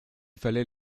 fallait